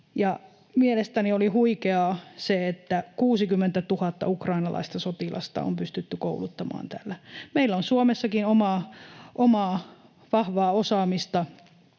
Mielestäni oli huikeaa se, että 60 000 ukrainalaista sotilasta on pystytty kouluttamaan tällä. Meillä on Suomessakin omaa vahvaa osaamista,